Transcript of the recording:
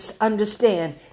understand